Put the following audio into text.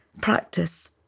practice